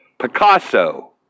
Picasso